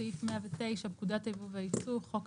"פקודת הייבוא והיצוא וחוק